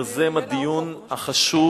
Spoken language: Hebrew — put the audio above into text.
יוזם הדיון החשוב